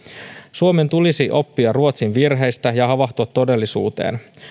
suomen tulisi oppia ruotsin virheistä ja havahtua todellisuuteen